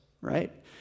right